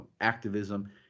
activism